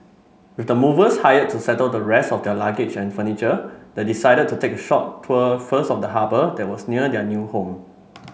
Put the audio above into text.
with the movers hired to settle the rest of their luggage and furniture they decided to take a short tour first of the harbour that was near their new home